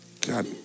God